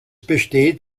besteht